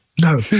No